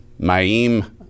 Ma'im